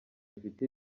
bifite